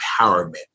empowerment